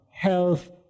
Health